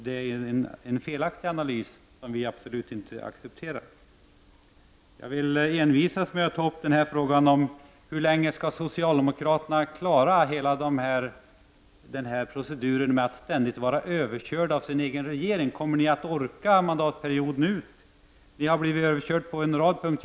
Det är en felaktig analys som vi absolut inte accepterar. Jag vill envisas med att ta upp frågan om hur länge socialdemokraterna skall klara hela denna procedur med att ständigt vara överkörda av sin egen regering. Kommer ni att orka mandatperioden ut? Ni har blivit överkörda på en rad punkter.